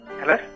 Hello